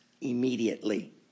immediately